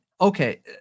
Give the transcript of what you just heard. okay